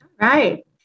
right